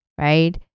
right